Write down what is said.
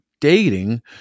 dating